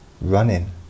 running